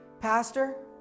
Pastor